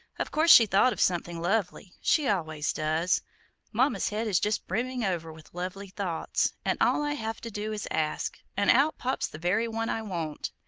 of course she thought of something lovely she always does mama's head is just brimming over with lovely thoughts, and all i have to do is ask, and out pops the very one i want.